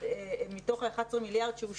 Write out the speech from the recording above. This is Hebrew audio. מתוך ה-11 מיליארד שקל שאושר,